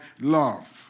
love